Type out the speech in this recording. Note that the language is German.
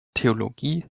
theologie